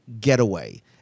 getaway